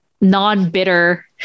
non-bitter